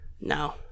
No